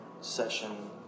session